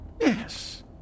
Yes